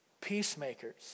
peacemakers